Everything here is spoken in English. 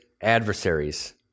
adversaries